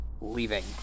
Leaving